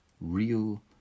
real